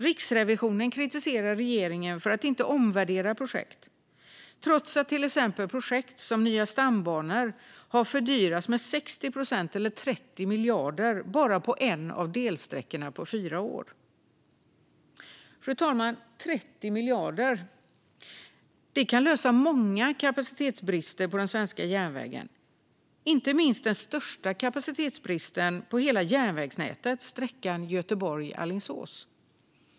Riksrevisionen kritiserar regeringen för att inte omvärdera projekt, trots att till exempel projekt som nya stambanor har fördyrats med 60 procent, eller 30 miljarder, bara på en av delsträckorna på fyra år. Fru talman! 30 miljarder kan lösa många kapacitetsbrister på den svenska järnvägen, inte minst den största kapacitetsbristen på hela järnvägsnätet - sträckan Göteborg-Alingsås.